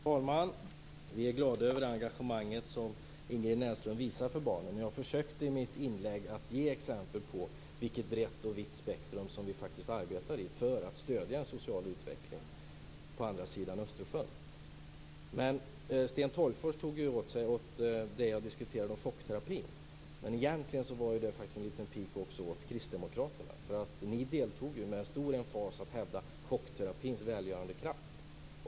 Fru talman! Vi är glada över det engagemang för barnen som Ingrid Näslund visar. I mitt inlägg försökte jag ge exempel på vilket vitt spektrum vi arbetar i för att stödja en social utveckling på andra sidan Sten Tolgfors tog åt sig av det jag diskuterade om chockterapin. Egentligen var det en liten pik också åt kristdemokraterna. Ni deltog och hävdade med stor emfas chockterapins välgörande kraft.